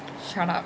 shut up